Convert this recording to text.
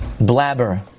blabber